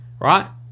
right